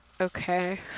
okay